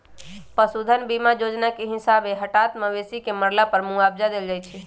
पशु धन बीमा जोजना के हिसाबे हटात मवेशी के मरला पर मुआवजा देल जाइ छइ